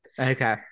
Okay